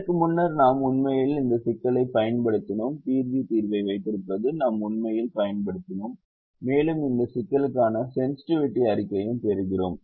இதற்கு முன்னர் நாம் உண்மையில் இந்த சிக்கலைப் பயன்படுத்தினோம் தீர்வி தீர்வை வைத்திருப்பதை நாம் உண்மையில் பயன்படுத்தினோம் மேலும் இந்த சிக்கலுக்கான சென்ஸ்ட்டிவிட்டி அறிக்கையையும் பெறுகிறோம்